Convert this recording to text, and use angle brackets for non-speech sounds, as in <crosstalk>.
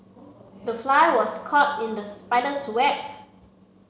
the fly was caught in the spider's <unintelligible>